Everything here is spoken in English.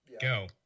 Go